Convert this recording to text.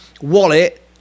Wallet